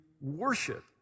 worship